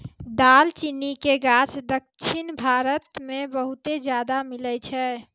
दालचीनी के गाछ दक्खिन भारत मे बहुते ज्यादा मिलै छै